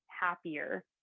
happier